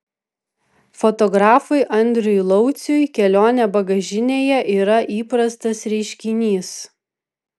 fotografui andriui lauciui kelionė bagažinėje yra įprastas reiškinys